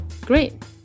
Great